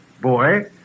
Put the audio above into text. boy